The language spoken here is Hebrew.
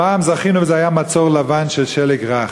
הפעם זכינו וזה היה מצור לבן של שלג רך.